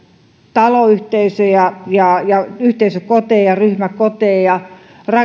taloyhteisöjä ja ja yhteisökoteja ryhmäkoteja